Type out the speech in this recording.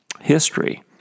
history